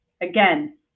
again